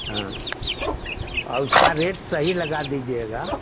हाँ और उसका रेट सही लगा दीजिएगा